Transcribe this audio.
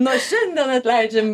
nuo šiandien atleidžiam